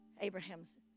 Abraham's